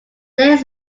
there